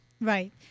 Right